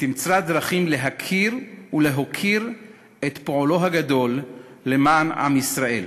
ותמצא דרכים להכיר ולהוקיר את פועלו הגדול למען עם ישראל,